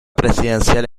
presidencial